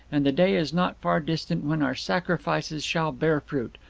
and the day is not far distant when our sacrifices shall bear fruit.